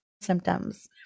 symptoms